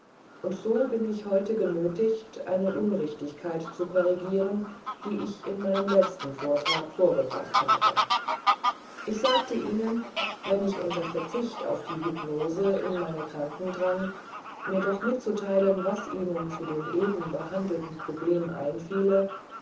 und so bin ich heute genötigt eine unrichtigkeit zu korrigieren die ich in meinem letzten vortrag vorgebracht habe ich sagte ihnen wenn ich unter verzicht auf die hypnose in meine kranken drang mir doch mitzuteilen was ihnen zu dem eben behandelten problem einfiele